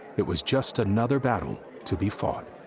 it was just another battle to be fought.